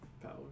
Power